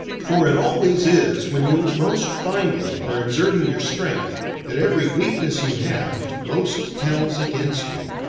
for it always is when you most finely are exerting your strength that every weakness you have most tells against you.